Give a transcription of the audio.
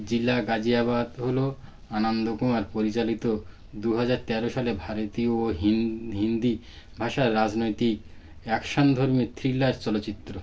জিলা গাজিয়াবাদ হল আনন্দ কুমার পরিচালিত দু হাজার তের সালে ভারতীয় ও হিন্দি ভাষার রাজনৈতিক অ্যাকশনধর্মী থ্রিলার চলচ্চিত্র